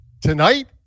tonight